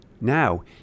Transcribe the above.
Now